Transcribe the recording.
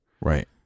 Right